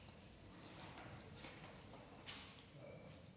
Tak